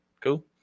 Cool